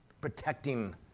protecting